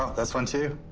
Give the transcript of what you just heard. ah that's one too.